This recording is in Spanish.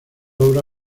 obra